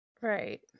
Right